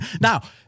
Now